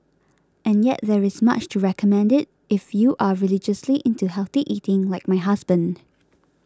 and yet there is much to recommend it if you are religiously into healthy eating like my husband